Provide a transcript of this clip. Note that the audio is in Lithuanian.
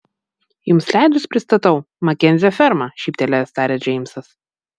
jums leidus pristatau makenzio ferma šyptelėjęs tarė džeimsas